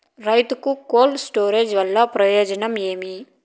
రైతుకు cold storage వల్ల ప్రయోజనం ఏమి?